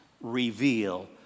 reveal